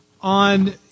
on